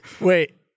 Wait